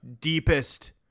deepest